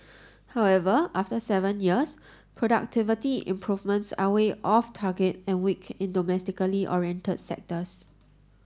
however after seven years productivity improvements are way off target and weak in domestically oriented sectors